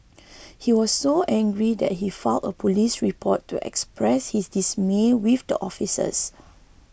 he was so angry that he filed a police report to express his dismay with the officers